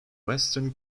western